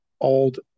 old